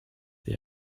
the